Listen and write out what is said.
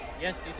Yes